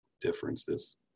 differences